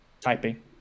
typing